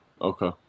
Okay